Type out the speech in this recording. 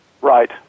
Right